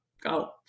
go